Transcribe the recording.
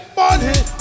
money